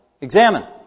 examine